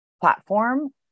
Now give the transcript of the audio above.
platform